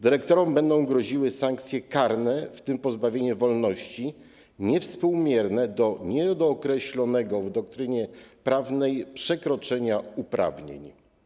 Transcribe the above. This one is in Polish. Dyrektorom będą groziły sankcje karne, w tym pozbawienie wolności, niewspółmierne do niedookreślonego w doktrynie prawnej przekroczenia uprawnień.